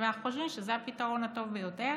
אנחנו חושבים שזה הפתרון הטוב ביותר.